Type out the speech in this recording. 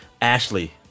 Ashley